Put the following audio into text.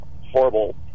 horrible